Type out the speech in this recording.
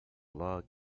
log